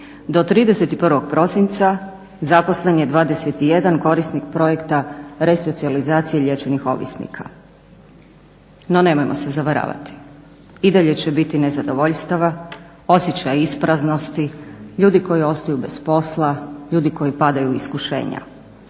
Do 31. prosinca zaposlen je 21 korisnik projekta resocijalizacije liječenih ovisnika. No, nemojmo se zavaravati. I dalje će biti nezadovoljstava, osjećaja ispraznosti, ljudi koji ostaju bez posla, ljudi koji padaju u iskušenja.